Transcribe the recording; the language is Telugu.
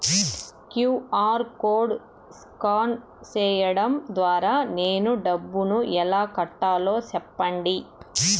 క్యు.ఆర్ కోడ్ స్కాన్ సేయడం ద్వారా నేను డబ్బును ఎలా కట్టాలో సెప్పండి?